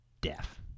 deaf